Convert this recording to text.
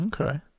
Okay